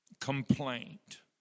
Complaint